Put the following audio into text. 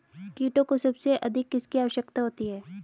कीटों को सबसे अधिक किसकी आवश्यकता होती है?